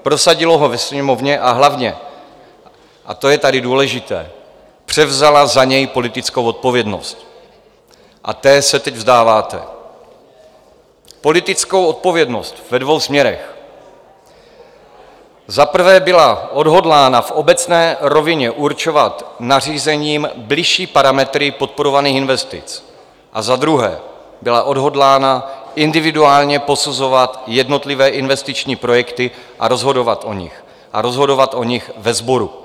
Prosadila ho ve Sněmovně a hlavně, a to je tady důležité, převzala za něj politickou odpovědnost a té se teď vzdáváte politickou odpovědnost ve dvou směrech: za prvé byla odhodlána v obecné rovině určovat nařízením bližší parametry podporovaných investic a za druhé byla odhodlána individuálně posuzovat jednotlivé investiční projekty, rozhodovat o nich a rozhodovat o nich ve sboru.